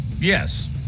Yes